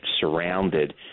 surrounded